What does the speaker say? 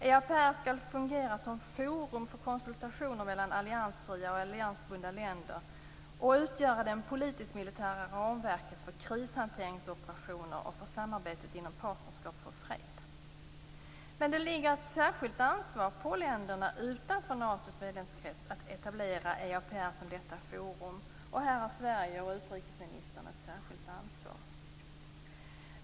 EAPR skall fungera som forum för konsultationer mellan alliansfria och alliansbundna länder och utgöra det politisktmilitära ramverket för krishanteringsoperationer och för samarbetet inom Partnerskap för fred. Men det ligger ett särskilt ansvar på länderna utanför Natos medlemskrets att etablera EAPR som detta forum. Här har Sverige och utrikesministern ett särskilt ansvar.